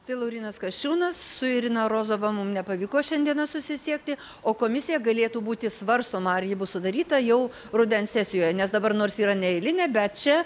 tai laurynas kasčiūnas su irina rozova mum nepavyko šiandieną susisiekti o komisija galėtų būti svarstoma ar ji bus sudaryta jau rudens sesijoje nes dabar nors yra neeilinė bet čia